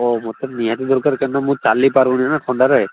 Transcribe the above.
ହଁ ମୋତେ ତ ନିହାତି ଦରକାର କାରଣ ମୁଁ ଚାଲିପାରୁନିନା ନା ଥଣ୍ଡାରେ